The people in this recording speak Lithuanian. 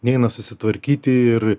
neina susitvarkyti ir